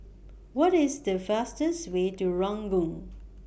What IS The fastest Way to Ranggung